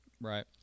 Right